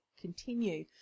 continue